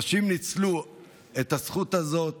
אנשים נצלו את הזכות הזאת